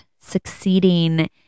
succeeding